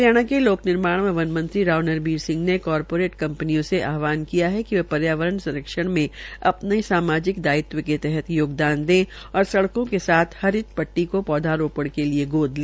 हरियाणा के लोक निर्माण व वन मंत्री राव नरवीर सिंह ने कारपोरेट कंपनियों से आहवान किया है कि वे पर्यावरण संरक्षण में अपने सामाजिक दायित्व के तहत योगदान है और सड़कों के तहत योगदान है और सड़कों के साथ हरित पट्टी को पौधारोपण के लिये गोद ले